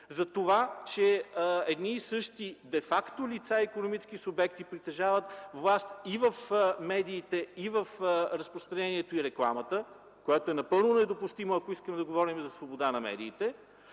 за това, че едни и същи де факто лица и икономически субекти притежават власт и в медиите, и в разпространението и рекламата. Това е напълно недопустимо, ако искаме да говорим за свобода на медиите,